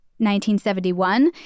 1971